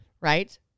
right